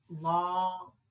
Law